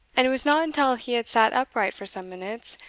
and it was not until he had sat upright for some minutes,